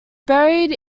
buried